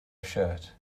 shirt